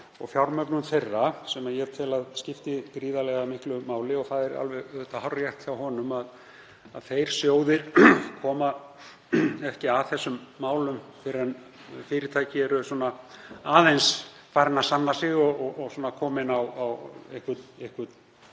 fjármögnun þeirra, sem ég tel að skipti gríðarlega miklu máli og það er alveg hárrétt hjá honum að þeir sjóðir koma ekki að þessum málum fyrr en fyrirtæki eru aðeins farin að sanna sig og komin á einhvern legg.